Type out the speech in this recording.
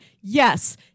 Yes